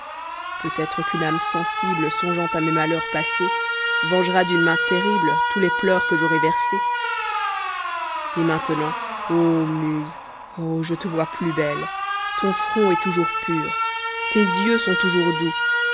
peut-être qu'une âme sensible songeant à mes malheurs passés vengera d'une main terrible tous les pleurs que j'aurai versés ni et maintenant ô muse oh je te vois plus belle ton front est toujours pur tes yeux sont toujours doux